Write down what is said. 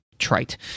trite